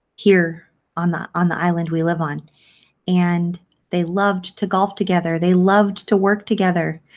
here on the on the island we live on and they loved to golf together. they loved to work together.